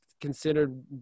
considered